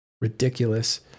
ridiculous